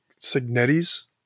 Signetti's